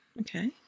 Okay